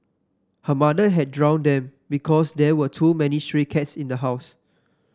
her mother had drowned them because there were too many stray cats in the house